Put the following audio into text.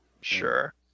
Sure